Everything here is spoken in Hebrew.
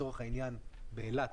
לצורך העניין, באילת